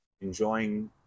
enjoying